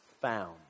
found